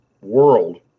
world